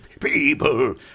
people